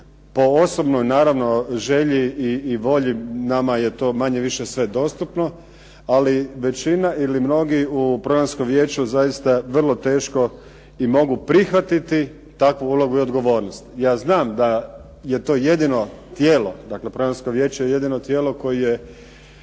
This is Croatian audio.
Po osobnoj naravno želji i volji nama je to manje-više sve dostupno. Ali većina ili mnogi u programsku vijeću zaista vrlo teško i mogu prihvatiti takvu ulogu i odgovornost. Ja znam da je to jedino tijelo, dakle programsko vijeće je jedino tijelo koje je